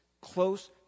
close